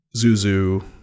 Zuzu